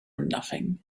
nothing